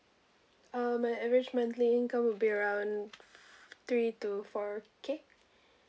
uh my average monthly income would be around three to four K